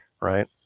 Right